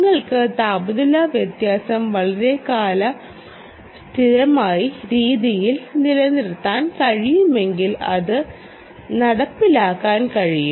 നിങ്ങൾക്ക് താപനില വ്യത്യാസം വളരെക്കാലംസ്ഥിരമായ രീതിയിൽ നിലനിർത്താൻ കഴിയുമെങ്കിൽ അത് നടപ്പിലാക്കാൻ കഴിയും